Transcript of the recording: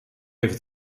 heeft